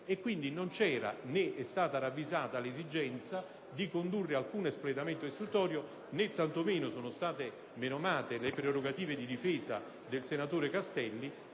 Pertanto, non c'era, né è stata ravvisata l'esigenza di condurre alcun espletamento istruttorio, né tantomeno sono state menomate le prerogative di difesa del senatore Castelli,